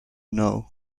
know